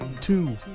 two